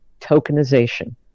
tokenization